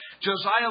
Josiah